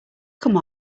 come